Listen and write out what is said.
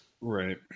Right